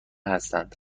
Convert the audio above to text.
هستند